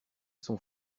son